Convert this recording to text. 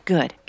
Good